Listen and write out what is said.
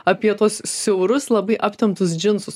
apie tuos siaurus labai aptemptus džinsus